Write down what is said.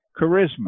charisma